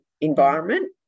environment